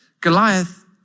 Goliath